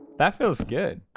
that feels good,